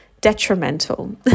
detrimental